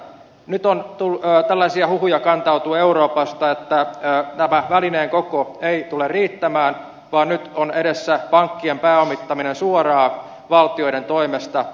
nyt on tällaisia huhuja kantautunut euroopasta että tämä välineen koko ei tule riittämään vaan nyt on edessä pankkien pääomittaminen suoraan valtioiden toimesta